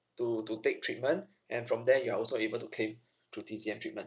to to take treatment and from there you are also able to claim through T_C_M treatment